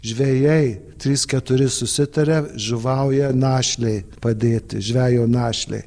žvejai trys keturi susitaria žuvauja našlei padėti žvejo našlei